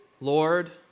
Lord